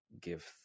give